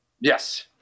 Yes